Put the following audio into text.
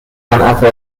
صنعت